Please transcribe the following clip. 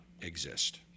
exist